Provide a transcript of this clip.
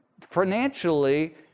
financially